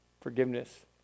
Forgiveness